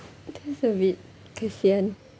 that's a bit kesian